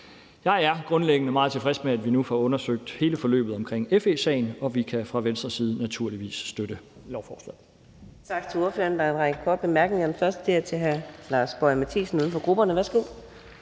Jeg er grundlæggende meget tilfreds med, at vi nu får undersøgt hele forløbet omkring FE-sagen, og vi kan fra Venstres side naturligvis støtte lovforslaget.